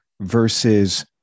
versus